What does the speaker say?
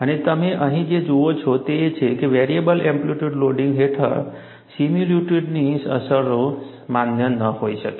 અને તમે અહીં જે જુઓ છો તે એ છે કે વેરિયેબલ એમ્પ્લિટ્યૂડ લોડિંગ હેઠળ સિમિલિટ્યૂડની શરતો માન્ય ન હોઈ શકે